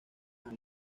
han